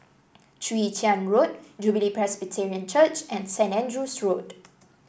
Chwee Chian Road Jubilee Presbyterian Church and St Andrew's Road